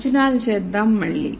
అంచనాలు చేద్దాం మళ్ళీ